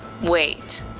Wait